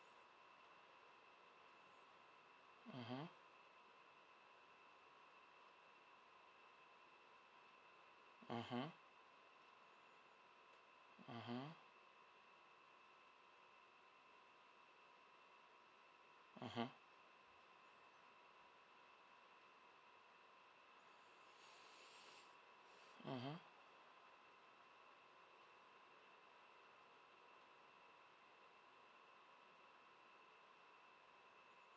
mmhmm mmhmm mmhmm mmhmm mmhmm